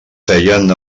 feien